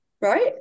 right